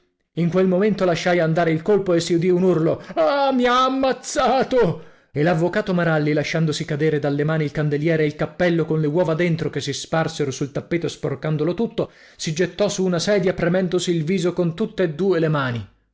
in quel momento lasciai andare il colpo e si udì un urlo ah mi ha ammazzato e l'avvocato maralli lasciandosi cadere dalle mani il candelliere e il cappello con le uova dentro che si sparsero sul tappeto sporcandolo tutto si gettò su una sedia premendosi il viso con